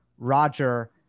Roger